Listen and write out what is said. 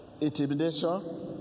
Intimidation